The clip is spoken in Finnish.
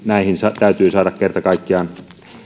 näihin täytyy saada kerta kaikkiaan